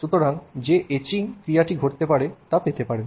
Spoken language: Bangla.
সুতরাং যে এচিং ক্রিয়াটি ঘটতে পারে তা পেতে পারেন